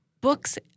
books